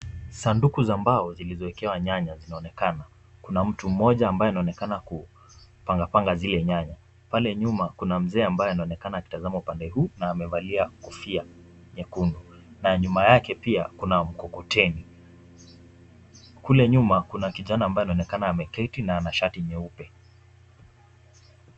Sanduku za mbao zilizowekewa nyanya zaonekana. Kuna mtu moja ambaye anaonekana kupangapanga zile nyanya. Pale nyuma kuna mzee ambaye anaonekana akitazama upande huu na amevalia kofia nyekundu, na nyuma yake pia kuna mkokoteni. Kule nyuma kuna kijana ambaye anaonekana ameketi na ana shati nyeupe.